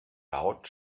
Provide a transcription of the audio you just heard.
loud